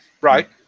Right